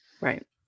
Right